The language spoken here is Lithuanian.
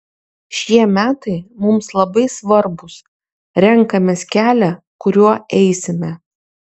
šie metai mums labai svarbūs renkamės kelią kuriuo eisime